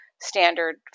standard